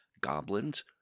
goblins